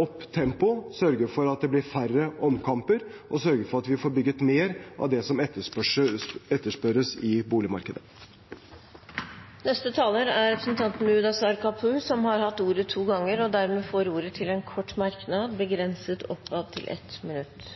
opp tempoet, sørge for at det blir færre omkamper, og sørge for at vi får bygget mer av det som etterspørres i boligmarkedet. Representanten Mudassar Kapur har hatt ordet to ganger tidligere og får ordet til en kort merknad, begrenset til 1 minutt.